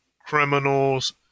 criminals